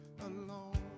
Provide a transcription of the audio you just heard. alone